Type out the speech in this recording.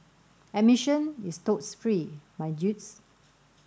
admission is totes free my dudes